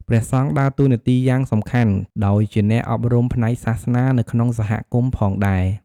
ព្រះសង្ឃដើរតួនាទីយ៉ាងសំខាន់ដោយជាអ្នកអប់រំផ្នែកសាសនានៅក្នុងសហគមន៍ផងដែរ។